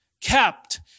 kept